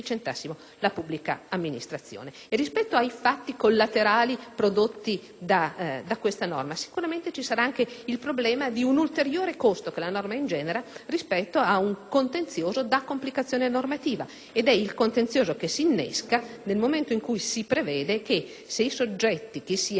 sicuramente ci sarà anche il problema di un ulteriore costo che la norma ingenera rispetto ad un contenzioso da complicazione normativa. Ebbene, è il contenzioso che si innesca nel momento in cui si prevede che, qualora i soggetti aggiudicatari della gara aperta per 3.000 concessioni